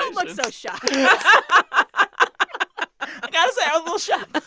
um look so shocked i got to say i'm a little shocked but